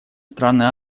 страны